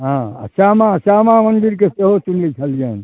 हँ श्यामा श्यामा मन्दिरके सेहो सुनै छलिअनि